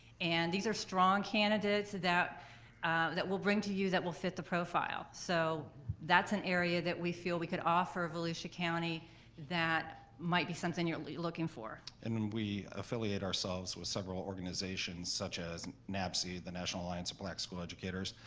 and these are strong candidates that that we'll bring to you that will fit the profile. so that's an area that we feel we could offer volusia county that might be something you're looking for. and and we affiliate ourselves with several organizations such as nabse, the national alliance of black school educators,